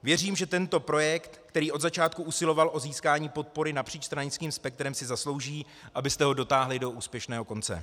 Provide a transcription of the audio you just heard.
Věřím, že tento projekt, který od začátku usiloval o získání podpory napříč stranickým spektrem, si zaslouží, abyste ho dotáhli do úspěšného konce.